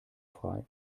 frei